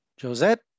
Josette